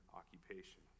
occupation